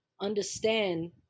Understand